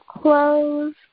clothes